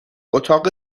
اتاق